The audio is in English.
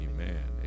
Amen